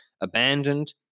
abandoned